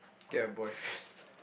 get a boyfriend